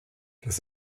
das